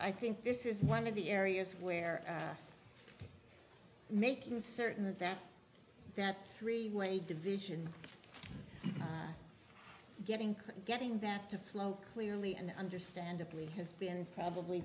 i think this is one of the areas where making certain that that three way division getting cleaned getting back to flow clearly and understandably has been probably